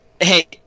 hey